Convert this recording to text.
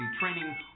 training